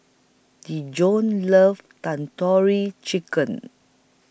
Dejon loves Tandoori Chicken